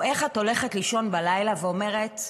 הוא איך את הולכת לישון בלילה ואומרת: